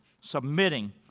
submitting